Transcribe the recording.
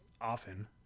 often